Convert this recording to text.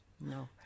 No